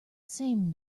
same